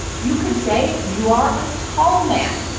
you could say you are a tall man.